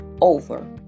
over